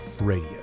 Radio